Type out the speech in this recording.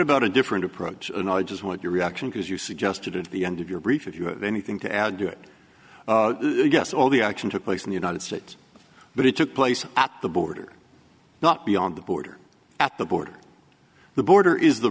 about a different approach and i just want your reaction because you suggested at the end of your brief if you have anything to add to it yes all the action took place in the united states but it took place at the border not beyond the border at the border the border is the